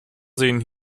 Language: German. sehen